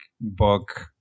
book